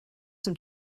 some